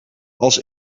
als